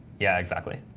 yeah, exactly.